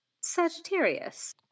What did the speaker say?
Sagittarius